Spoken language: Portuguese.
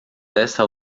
desta